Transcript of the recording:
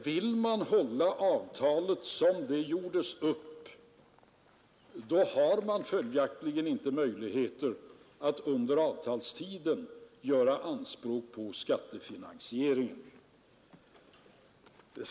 Vill man hålla avtalet som det gjordes upp, så finns det följaktligen inga möjligheter att under avtalstiden göra anspråk på skattefinansiering.